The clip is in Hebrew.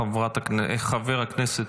חבר הכנסת,